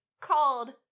called